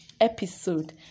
episode